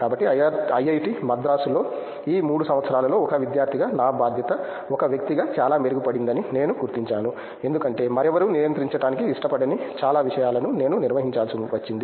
కాబట్టి ఐఐటి మద్రాసులో ఈ 3 సంవత్సరాలలో ఒక విద్యార్థిగా నా బాధ్యత ఒక వ్యక్తిగా చాలా మెరుగుపడిందని నేను గుర్తించాను ఎందుకంటే మరెవరూ నియంత్రించటానికి ఇష్టపడని చాలా విషయాలను నేను నిర్వహించాల్సి వచ్చింది